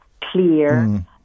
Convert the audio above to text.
clear